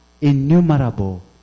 Innumerable